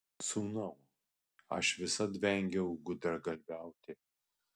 sūnau aš visad vengiau gudragalviauti